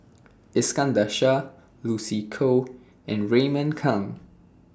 Iskandar Shah Lucy Koh and Raymond Kang